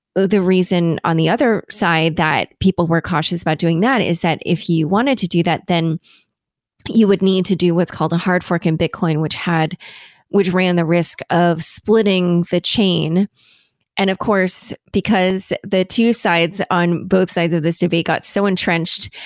the reason on the other side that people were cautious about doing that is that if you wanted to do that, then you would need to do what's called a hard fork in bitcoin, which had which ran the risk of splitting the chain and of course, because the two sides on both sides of this debate got so entrenched,